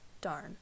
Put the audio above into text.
darn